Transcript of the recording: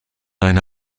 eine